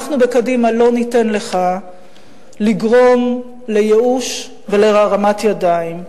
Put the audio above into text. אנחנו בקדימה לא ניתן לך לגרום לייאוש ולהרמת ידיים.